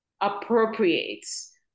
appropriates